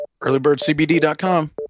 earlybirdcbd.com